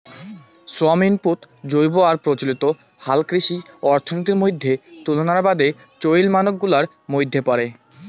শ্রম ইনপুট জৈব আর প্রচলিত হালকৃষি অর্থনীতির মইধ্যে তুলনার বাদে চইল মানক গুলার মইধ্যে পরে